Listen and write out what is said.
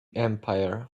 empire